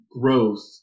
growth